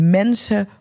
mensen